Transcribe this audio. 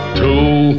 two